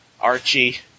Archie